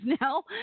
now